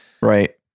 Right